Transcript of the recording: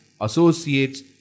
associates